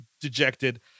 dejected